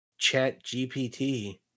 ChatGPT